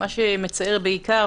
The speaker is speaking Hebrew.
מה שמצער בעיקר,